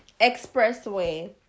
expressway